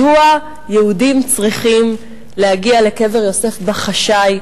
מדוע יהודים צריכים להגיע לקבר יוסף בחשאי,